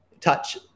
touch